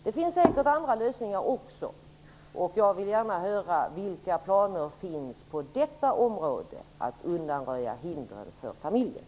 Det finns säkerligen också andra lösningar, och jag vill gärna höra vilka planer som finns att på detta område undanröja hinder för familjer.